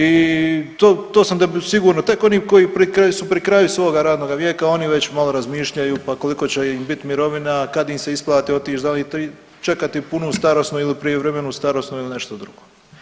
I to, to sam sigurno, tek oni koji su pri kraju svoga radnoga vijeka oni već malo razmišljaju pa koliko će im bit mirovina, kad im se isplati otići, da li čekati punu starosnu ili prijevremenu starosnu ili nešto drugo.